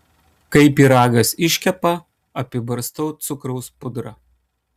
kai pyragas iškepa apibarstau cukraus pudra